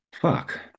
Fuck